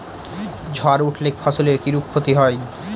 ঝড় উঠলে ফসলের কিরূপ ক্ষতি হয়?